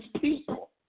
people